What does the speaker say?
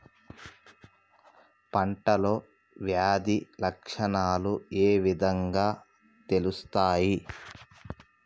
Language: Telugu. పంటలో వ్యాధి లక్షణాలు ఏ విధంగా తెలుస్తయి?